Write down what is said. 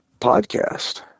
podcast